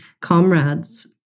comrades